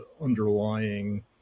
underlying